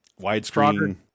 widescreen